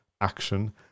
action